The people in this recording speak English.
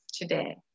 today